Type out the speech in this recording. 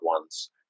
ones